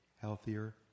healthier